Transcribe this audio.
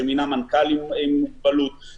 שמינה מנכ"ל עם מוגבלות,